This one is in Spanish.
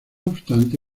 obstante